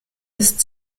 ist